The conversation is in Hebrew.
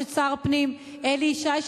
יש שר הפנים אלי ישי,